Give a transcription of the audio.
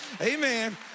Amen